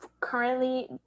currently